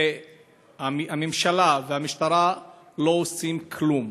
ובממשלה ובמשטרה לא עושים כלום,